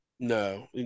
No